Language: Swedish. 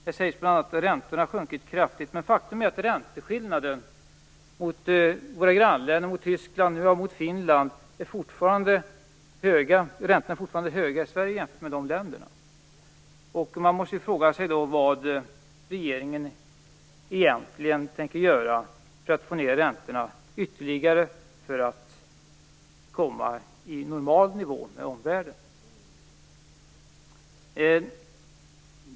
Det sägs där bl.a. att räntorna har sjunkit kraftigt. Men faktum är att räntorna i Sverige fortfarande är höga i jämförelse med räntorna i våra grannländer Tyskland och Finland. Man måste då fråga sig vad regeringen egentligen tänker göra för att få ned räntorna ytterligare, för att komma ned på en i relation till omvärlden normal nivå.